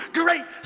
great